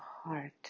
heart